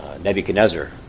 Nebuchadnezzar